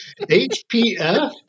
HPF